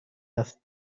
است